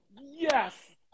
Yes